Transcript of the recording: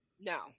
No